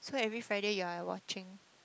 so every Friday you are watching